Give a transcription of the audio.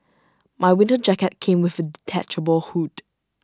my winter jacket came with A detachable hood